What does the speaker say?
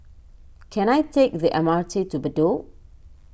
can I take the M R T to Bedok